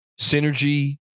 synergy